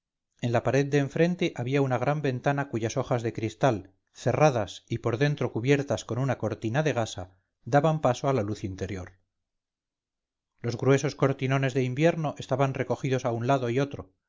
en la pared de enfrente había una gran ventana cuyas hojas de cristal cerradas y por dentro cubiertas con una cortina de gasa daban paso a la luz interior los gruesos cortinones de invierno estaban recogidos a un lado y otro